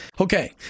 Okay